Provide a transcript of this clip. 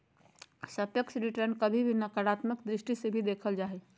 सापेक्ष रिटर्न के कभी कभी नकारात्मक दृष्टि से भी देखल जा हय